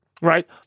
right